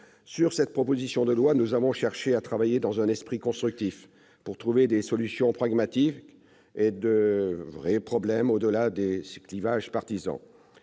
Sur cette proposition de loi, nous avons cherché à travailler dans un esprit constructif, pour trouver des solutions pragmatiques à de vrais problèmes, au-delà des clivages partisans.